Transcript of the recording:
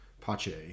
Pache